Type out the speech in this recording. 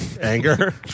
anger